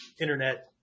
internet